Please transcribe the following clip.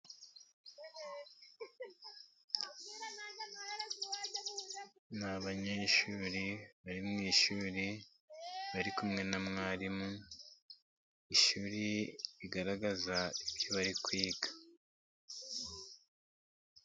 Ni abanyeshuri bari mu ishuri bari kumwe na mwarimu. Ishuri rigaragaza ibyo bari kwiga.